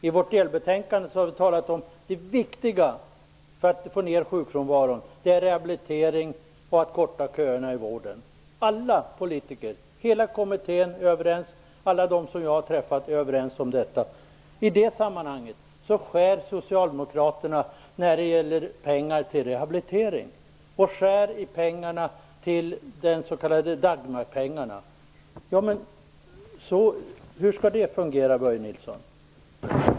I vårt delbetänkande har vi talat om att det viktiga för att få ned sjukfrånvaron är att erbjuda rehabilitering och att korta köerna i vården. Alla politiker, hela kommittén, alla jag träffat är överens om detta. I det sammanhanget skär socialdemokraterna i anslagen till rehabilitering och i Dagmarpengarna. Hur skall det fungera, Börje Nilsson?